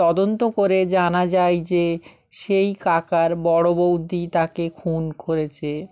তদন্ত করে জানা যায় যে সেই কাকার বড়ো বৌদি তাকে খুন করেছে